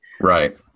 Right